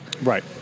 Right